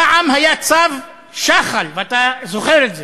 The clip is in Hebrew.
פעם היה צו שחל, ואתה זוכר את זה.